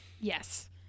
Yes